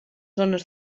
zones